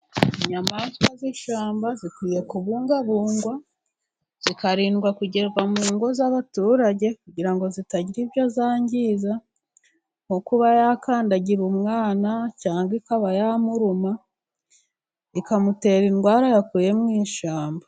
Inyamaswa z'ishyamba zikwiye kubungabungwa, zikarindwa kugerwa mu ngo z'abaturage kugira ngo zitagira ibyo zangiza, nko kuba yakandagira umwana cyangwa ikaba yamuruma, ikamutera indwara yakuye mu' ishyamba.